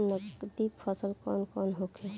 नकदी फसल कौन कौनहोखे?